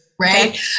right